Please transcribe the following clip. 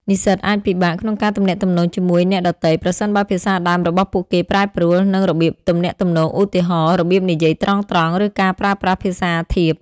និស្សិតអាចពិបាកក្នុងការទំនាក់ទំនងជាមួយអ្នកដទៃ ប្រសិនបើភាសាដើមរបស់ពួកគេប្រែប្រួល និងរបៀបទំនាក់ទំនង ឧទាហរណ៍ របៀបនិយាយត្រង់ៗ ឬការប្រើប្រាស់ភាសាធៀប។